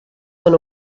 són